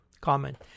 Comment